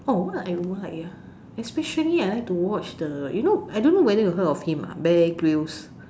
oh what I like ah especially I like to watch the you know I don't know whether you heard of him ah bear-grylls